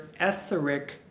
etheric